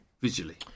visually